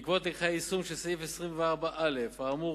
בעקבות לקחי היישום של סעיף 24(א) האמור